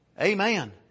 Amen